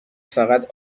فقط